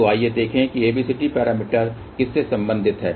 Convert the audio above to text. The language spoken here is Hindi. तो आइए देखें कि ABCD पैरामीटर किससे संबंधित हैं